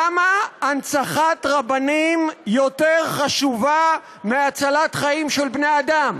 למה הנצחת רבנים חשובה יותר מהצלת חיים של בני-אדם,